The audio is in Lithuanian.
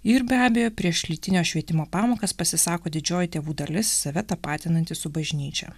ir be abejo prieš lytinio švietimo pamokas pasisako didžioji tėvų dalis save tapatinantys su bažnyčia